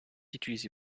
utilisée